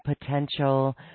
potential